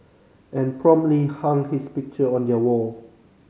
and promptly hung his picture on their wall